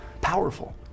powerful